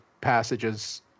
passages